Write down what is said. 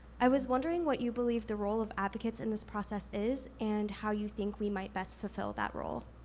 i was wondering what you believe the role of advocates in this process is, and how you think we might best fulfill that role?